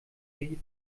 die